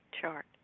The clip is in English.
chart